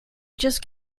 just